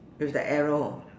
with the arrow